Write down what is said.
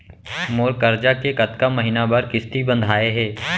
मोर करजा के कतका महीना बर किस्ती बंधाये हे?